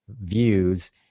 Views